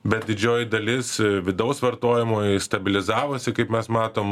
bet didžioji dalis vidaus vartojimo stabilizavosi kaip mes matom